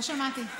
לא שמעתי.